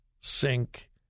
sink